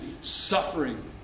suffering